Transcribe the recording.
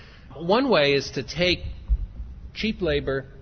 one way is to take cheap labour,